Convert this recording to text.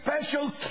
special